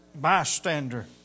bystander